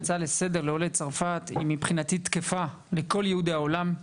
ההצעה לסדר שאני מביא לעולי צרפת תקפה לכל יהודי העולם,